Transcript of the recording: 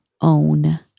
own